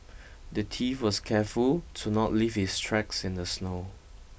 the thief was careful to not leave his tracks in the snow